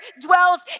dwells